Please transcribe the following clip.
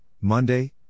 Monday